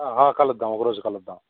కలుద్దాం ఒకరోజు కలుద్దాం